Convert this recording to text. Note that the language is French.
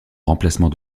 remplacement